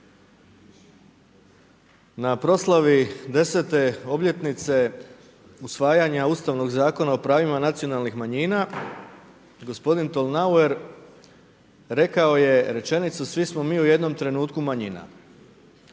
na proslavi 10 obljetnice usvajanja ustavnog zakona o pravima nacionalnih manjina, gospodin Tolnauer, rekao je rečenicu, svi smo mi u jednom trenutku manjina.